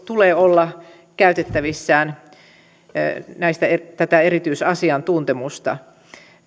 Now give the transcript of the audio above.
tulee olla käytettävissään erityisasiantuntemusta